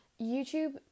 YouTube